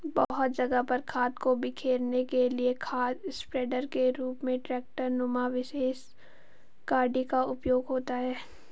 बहुत जगह पर खाद को बिखेरने के लिए खाद स्प्रेडर के रूप में ट्रेक्टर नुमा विशेष गाड़ी का उपयोग होता है